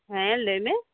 ᱦᱮᱸ ᱞᱟᱹᱭᱢᱮ